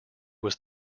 was